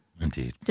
Indeed